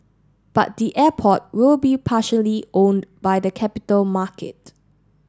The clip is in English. but the airport will be partially owned by the capital market